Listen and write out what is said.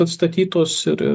atstatytos ir